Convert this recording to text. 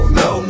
no